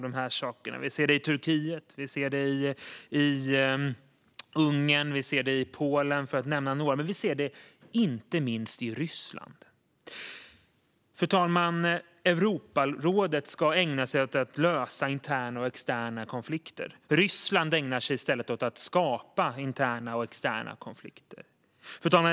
Vi ser det i Turkiet, Ungern och Polen, för att nämna några, men vi ser det inte minst i Ryssland. Fru talman! Europarådet ska ägna sig åt att lösa interna och externa konflikter. Ryssland ägnar sig i stället åt att skapa interna och externa konflikter.